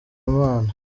imana